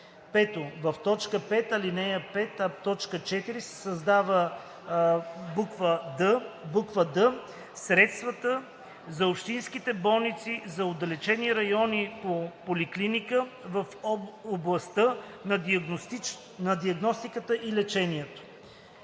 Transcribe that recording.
В т. 5, ал. 5, т. 4 се създава б. д: „д) средствата за общинските болници за отдалечени райони по Политика в областта на диагностиката и лечението.“